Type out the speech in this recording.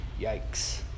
Yikes